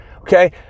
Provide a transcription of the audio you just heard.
Okay